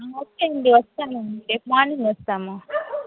okay అండి వస్తాము రేపు మార్నింగ్ వస్తాము